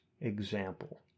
example